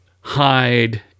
hide